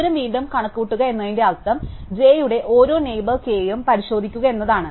ദൂരം വീണ്ടും കണക്കുകൂട്ടുക എന്നതിന്റെ അർത്ഥം j യുടെ ഓരോ നെയ്ബർ K ഉം പരിശോധിക്കുക എന്നാണ്